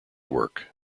work